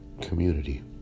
community